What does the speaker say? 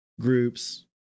groups